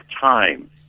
time